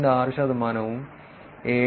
6 ശതമാനവും 7